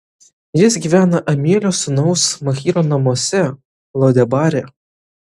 jis gyvena amielio sūnaus machyro namuose lo debare